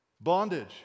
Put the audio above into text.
Bondage